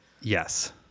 yes